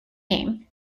name